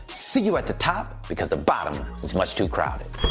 see you at the top because the bottom is much too crowded.